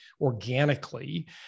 organically